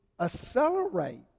accelerate